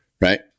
right